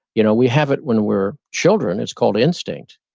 you know we have it when we're children, it's called instinct,